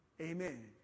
amen